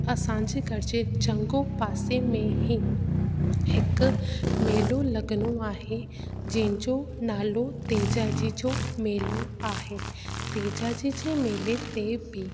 असांजे घर जे चङो पासे में हि हिकु मेलो लॻंदो आहे जंहिंजो नालो तेजा जी जो मेलो आहे तेजा जी जे मेले ते बि